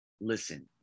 Listen